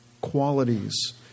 qualities